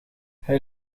hij